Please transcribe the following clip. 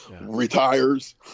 Retires